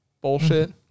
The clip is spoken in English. bullshit